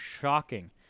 Shocking